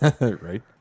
Right